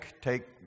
take